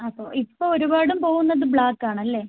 അപ്പോൾ ഇപ്പോൾ ഒരുപാടും പോവുന്നത് ബ്ലാക്ക് ആണല്ലേ